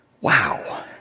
wow